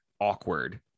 awkward